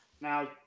Now